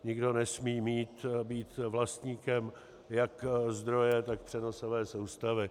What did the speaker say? Nikdo nesmí být vlastníkem jak zdroje, tak přenosové soustavy.